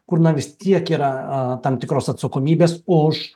kur na vis tiek yra tam tikros atsakomybės už